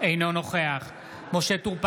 אינו נוכח משה טור פז,